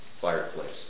fireplace